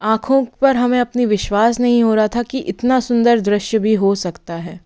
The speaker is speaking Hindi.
आँखों पर हमें अपनी विश्वास नहीं हो रहा था कि इतना सुंदर दृश्य भी हो सकता है